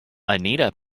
anita